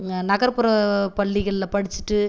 நகர்ப்புற பள்ளிகளில் படிச்சுட்டு